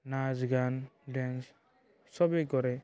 নাচ গান ডেঞ্চ চবেই কৰে